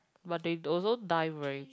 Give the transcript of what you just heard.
but they also die very